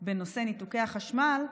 בנושא ניתוקי החשמל,